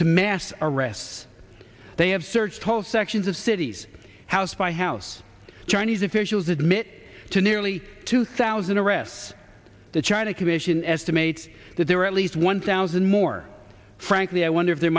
to mass arrests they have searched whole sections of cities house by house chinese officials admit to nearly two thousand arrests the china commission estimates that there are at least one thousand more frankly i wonder if there